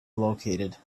located